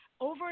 over